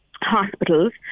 hospitals